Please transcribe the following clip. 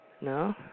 No